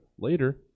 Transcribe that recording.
later